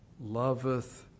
loveth